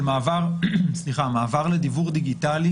המעבר לדיוור דיגיטלי,